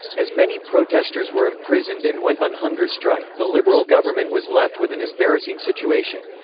as many protesters were imprisoned and went on hunger-strike, the liberal government was left with an embarrassing situation.